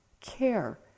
care